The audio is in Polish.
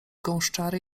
gąszczary